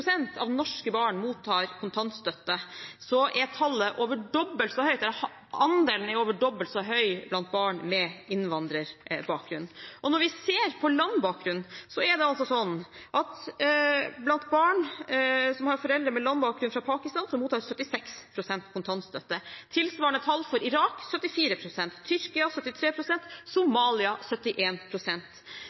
av norske barn mottar kontantstøtte, er andelen over dobbelt så høy blant barn med innvandrerbakgrunn. Når vi ser på landbakgrunn, er det altså sånn at blant barn som har foreldre med landbakgrunn fra Pakistan, mottar 76 pst. kontantstøtte. Tilsvarende tall for Irak er 74 pst., Tyrkia 73 pst. og Somalia